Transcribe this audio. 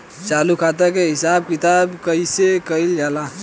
चालू खाता के हिसाब किताब कइसे कइल जाला?